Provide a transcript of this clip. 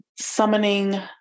summoning